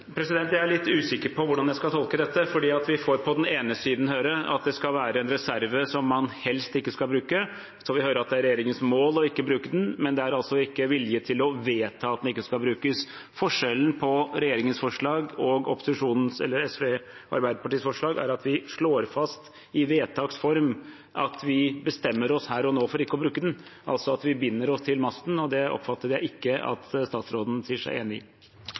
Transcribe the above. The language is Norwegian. Jeg er litt usikker på hvordan jeg skal tolke dette, for vi får på den ene siden høre at dette skal være en reserve som man helst ikke skal bruke. Så får vi høre at det er regjeringens mål ikke å bruke den, men det er altså ikke vilje til å vedta at den ikke skal brukes. Forskjellen på regjeringens forslag og SV og Arbeiderpartiets forslag er at vi slår fast i vedtaks form at vi bestemmer oss her og nå for ikke å bruke den, altså at vi binder oss til masten. Det oppfattet jeg ikke at statsråden sier seg enig i.